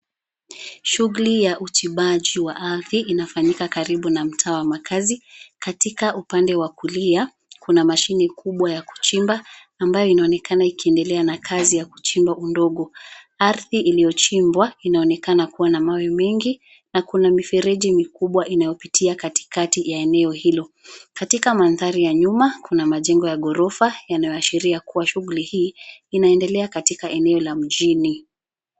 Shughuli ya uchimbaji wa ardhi inafanyika karibu na mtaa wa makazi. Katika upande wa kulia kuna mashini kubwa ya kuchimba ambayo inaonekana ikiendelea na kazi ya kuchimba udongo, ardhi iliyochimbwa inaonekana kuwa na mawe mengi na kuna mifereji mikubwa inayopitia kati kati ya eneo hilo. Katika mandhari ya nyuma kuna majengo ya gorofa yanayoashiria shughuli hii inaendelea katika eneo la mjini.